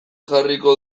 jarriko